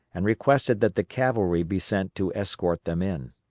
and requested that the cavalry be sent to escort them in.